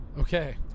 Okay